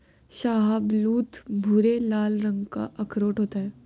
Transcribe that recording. शाहबलूत भूरे लाल रंग का अखरोट होता है